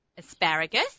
asparagus